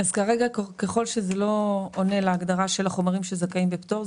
כרגע ככל שזה לא עונה להגדרה של חומרים שזכאים לפטור,